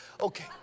Okay